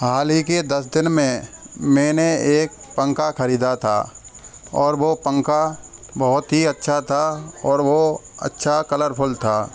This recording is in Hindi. हाल ही के दस दिन में मैंने एक पंखा खरीदा था और वो पंखा बहुत ही अच्छा था और वो अच्छा कलरफुल था